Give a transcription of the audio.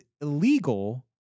illegal